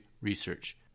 research